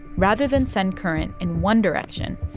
rather than send current in one direction,